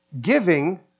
giving